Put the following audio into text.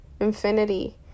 infinity